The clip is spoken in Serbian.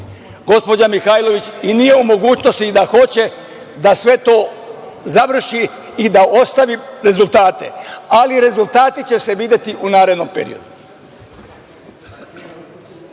Gospođa Mihajlović i nije u mogućnosti i da hoće da sve to završi i da ostavi rezultate, ali rezultati će se videti u narednom periodu.